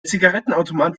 zigarettenautomat